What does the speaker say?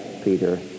Peter